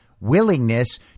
willingness